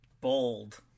Bold